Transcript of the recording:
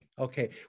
Okay